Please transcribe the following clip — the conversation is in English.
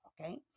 okay